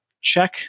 check